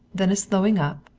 then a slowing up,